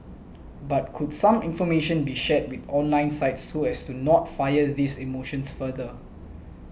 but could some information be shared with online sites so as to not fire these emotions further